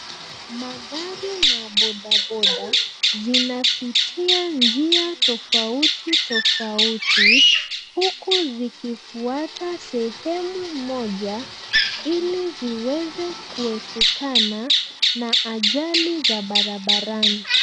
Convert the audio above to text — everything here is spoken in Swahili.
Magari na bodaboda zinapitia njia tofautitofauti huku zikifuata sehemu moja ili ziweze kuepukana na ajali za barabarani.